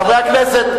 חברי הכנסת.